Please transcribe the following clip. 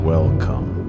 Welcome